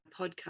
podcast